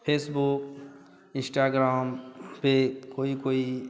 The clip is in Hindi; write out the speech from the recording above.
फेसबुक इस्टाग्राम पर कोई कोई